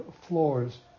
floors